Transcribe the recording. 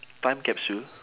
time capsule